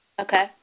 okay